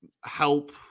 help